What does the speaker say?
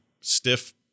stiff